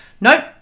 Nope